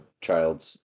child's